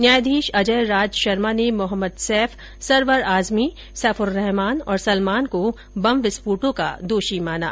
न्यायाधीश अजय राज शर्मा ने मोहम्मद सैफ सरवर आजमी सैफुर्रहमान और सलमान को बम विस्फोटों का दोषी माना